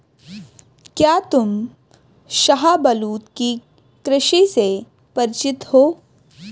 क्या तुम शाहबलूत की कृषि से परिचित हो?